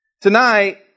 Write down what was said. Tonight